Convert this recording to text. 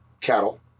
cattle